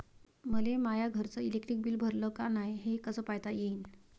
मले माया घरचं इलेक्ट्रिक बिल भरलं का नाय, हे कस पायता येईन?